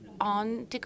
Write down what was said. on